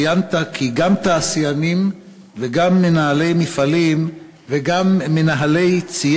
ציינת כי גם תעשיינים וגם מנהלי מפעלים וגם מנהלי ציי